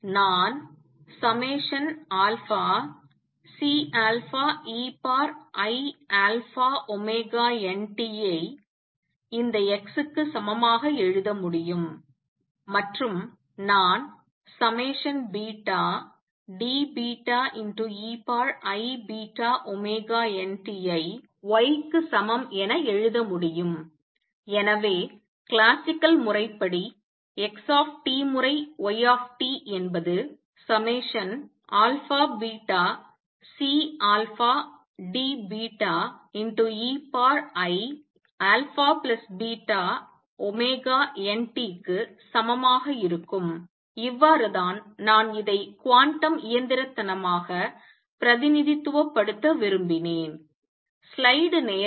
நான் Ceiαωnt ஐ இந்த x க்கு சமமாக எழுத முடியும் மற்றும் நான் Deiβωnt ஐ yக்கு சமம் என எழுத முடியும் எனவே கிளாசிக்கல் முறைப்படி x முறை y என்பது αβCDeiαβωnt க்கு சமமாக இருக்கும் இவ்வாறுதான் நான் இதை குவாண்டம் இயந்திரத்தனமாக பிரதிநிதித்துவப்படுத்த விரும்பினேன்